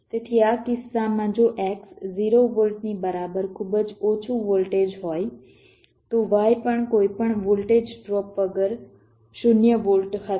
તેથી આ કિસ્સામાં જો X 0 વોલ્ટની બરાબર ખૂબ જ ઓછું વોલ્ટેજ હોય તો Y પણ કોઈપણ વોલ્ટેજ ડ્રોપ વગર 0 વોલ્ટ હશે